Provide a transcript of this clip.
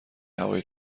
هوای